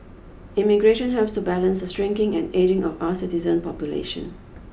immigration helps to balance the shrinking and ageing of our citizen population